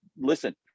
listen